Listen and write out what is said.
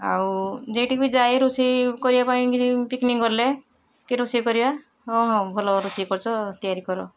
ଆଉ ଯେଟିକି ବି ଯାଏ ରୋଷେଇ କରିବା ପାଇଁ ବି ପିକନିକ ଗଲେ କି ରୋଷେଇ କରିଆ ହଁ ହଁ ଭଲ ରୋଷେଇ କରୁଛ ତିଆରି କର